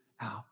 out